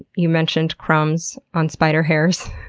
you mentioned crumbs on spider hairs.